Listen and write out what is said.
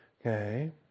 Okay